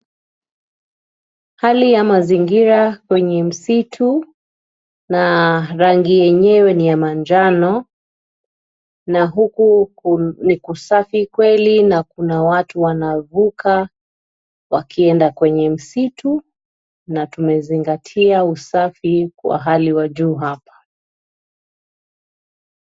Hali ya mazingira wenye msitu na rangi enyewe ni manjano na huku ni kusafi kweli na kuna watu wanavuka wakienda kwenye msitu na tumezingatia usafi kwa hali ya juu hapa.